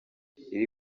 iri